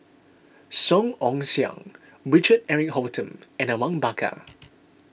Song Ong Siang Richard Eric Holttum and Awang Bakar